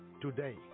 today